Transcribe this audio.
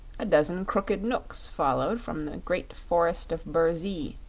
a dozen crooked knooks followed from the great forest of burzee.